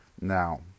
Now